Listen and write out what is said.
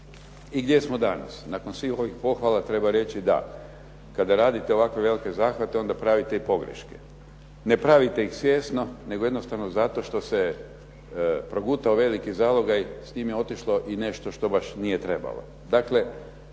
I gdje smo danas? Nakon svih ovih pohvala treba reći da kada radite ovako velike zahvate onda pravite i pogreške. Ne pravite ih svjesno nego jednostavno zato što se progutao veliki zalogaj, s njim je otišlo i nešto što baš nije trebalo.